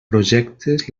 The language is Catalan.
projectes